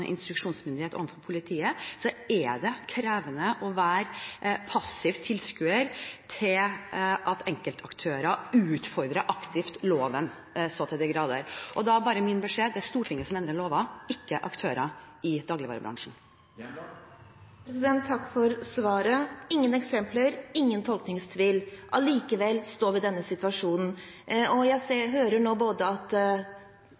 instruksjonsmyndighet overfor politiet, er det krevende å være passiv tilskuer til at enkeltaktører aktivt utfordrer loven så til de grader. Da er min beskjed bare at det er Stortinget som endrer lover, ikke aktører i dagligvarebransjen. Takk for svaret. Det er ingen eksempler, ingen tolkningstvil – allikevel står vi i denne situasjonen. Jeg